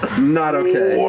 not okay.